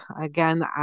again